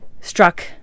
struck